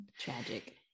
Tragic